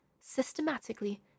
systematically